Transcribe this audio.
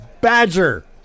badger